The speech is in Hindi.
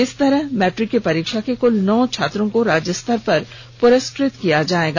इस तरह मैट्रिक की परीक्षा के कुल नौ छात्रों को राज्य स्तर पर पुरस्कृत किया जायेगा